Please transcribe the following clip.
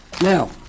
Now